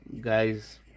guys